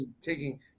taking